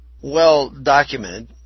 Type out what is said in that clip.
well-documented